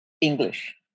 English